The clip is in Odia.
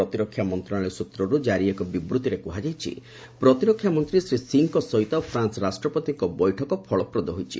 ପ୍ରତିରକ୍ଷା ମନ୍ତ୍ରଣାଳୟ ସ୍ତ୍ରରୁ ଜାରି ଏକ ବିବୃତ୍ତିରେ କୁହାଯାଇଛି ପ୍ରତିରକ୍ଷା ମନ୍ତ୍ରୀ ଶ୍ରୀ ସିଂହଙ୍କ ସହିତ ଫ୍ରାନ୍ସ ରାଷ୍ଟ୍ରପତିଙ୍କ ବୈଠକ ଫଳପ୍ରଦ ହୋଇଛି